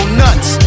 nuts